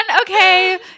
okay